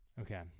Okay